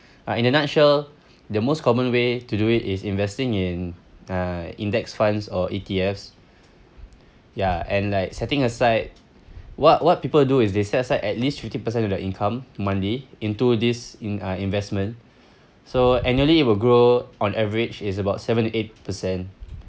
uh in a nutshell the most common way to do it is investing in uh index funds or E_T_Fs ya and like setting aside what what people do is they set aside at least fifty percent of their income monthly into this in~ uh investment so annually it will grow on average is about seventy eight percent